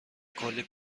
کلی